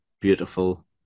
beautiful